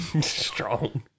strong